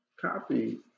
copy